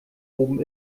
oben